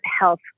health